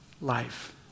life